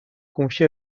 confié